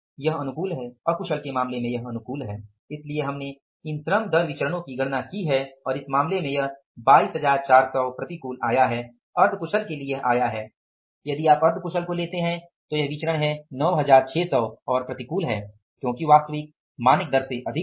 यह अनुकूल है इसलिए हमने इन श्रम दर विचरणो की गणना की है और इस मामले में यह 22400 प्रतिकूल आया है अर्ध कुशल के लिए यह आया है यदि आप अर्ध कुशल को लेते हैं तो यह विचरण है 9600 प्रतिकूल है क्योंकि वास्तविक मानक दर से अधिक है